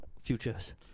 futures